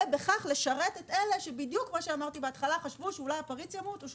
ובכך לשרת את אלה שחשבו שאולי הפריץ ימות או